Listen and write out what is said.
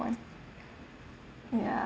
[one] ya